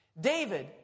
David